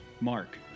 Mark